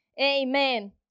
Amen